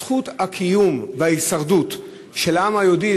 זכות הקיום וההישרדות של העם היהודי